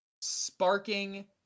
Sparking